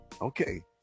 okay